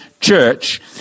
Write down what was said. church